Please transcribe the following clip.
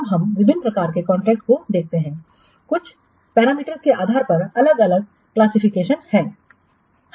अब हम विभिन्न प्रकार के कॉन्ट्रैक्टस को देखते हैं कुछ पैरामीटर्स के आधार पर अलग अलग क्लासिफिकेशन हैं